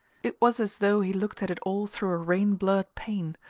it was as though he looked at it all through a rain-blurred pane,